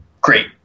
great